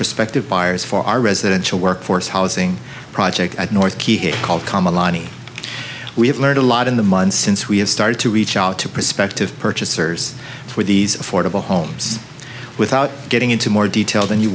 prospective buyers for our residential workforce housing project at north key called common loni we have learned a lot in the months since we have started to reach out to prospective purchasers for these affordable homes without getting into more detail than you